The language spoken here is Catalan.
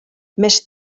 més